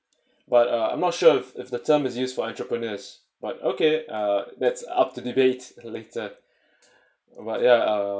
but uh I'm not sure if the term is used for entrepreneurs but okay uh that's up to debate later or what ya